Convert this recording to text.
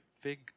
fig